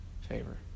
favor